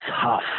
tough